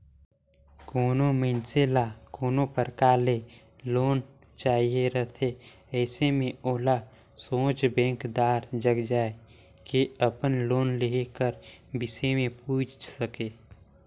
कोनो मइनसे ल कोनो परकार ले लोन चाहिए रहथे अइसे में ओला सोझ बेंकदार जग जाए के अपन लोन लेहे कर बिसे में पूइछ सके